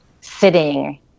sitting